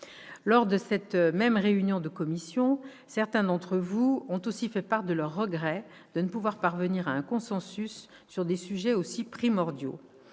Lors de cette réunion de commission, certains d'entre vous ont aussi fait part de leurs regrets de ne pouvoir parvenir à un consensus sur des sujets aussi primordiaux.